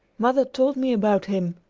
mother told me about him.